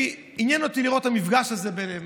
עניין אותי לראות את המפגש הזה ביניהם,